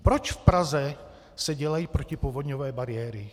Proč v Praze se dělají protipovodňové bariéry?